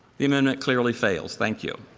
the amendment clearly fails. thank you.